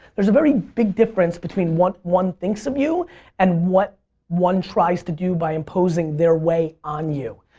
there's a very big difference between what one thinks of you and what one tries to do by imposing their way on you.